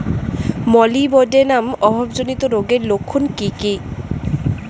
Molybdenum অভাবজনিত রোগের লক্ষণ কি কি?